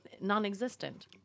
Non-existent